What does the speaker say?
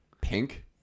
pink